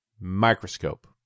microscope